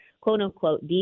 quote-unquote